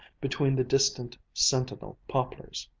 between the distant, sentinel poplars.